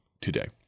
today